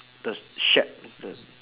the shape of the